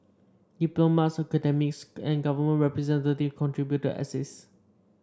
diplomats academics and government representative contributed essays